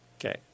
okay